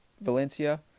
Valencia